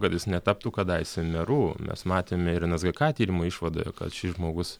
kad jis netaptų kadaise meru mes matėme ir nsgk tyrimo išvadoje kad šis žmogus